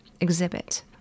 exhibit